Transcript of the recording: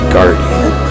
Guardian